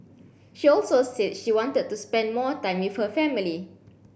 she also said she wanted to spend more time with her family